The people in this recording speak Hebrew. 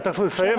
תיכף הוא יסיים,